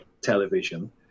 television